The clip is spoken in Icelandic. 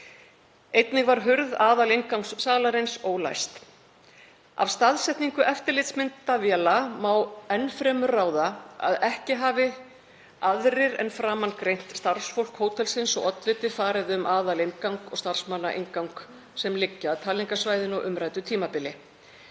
Einnig var hurð aðalinngangs salarins ólæst. Af staðsetningu eftirlitsmyndavéla má enn fremur ráða að ekki hafi aðrir en framangreint starfsfólk hótelsins og oddviti farið um aðalinngang og starfsmannainngang sem liggja að talningarsvæðinu á umræddu tímabili.